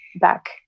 back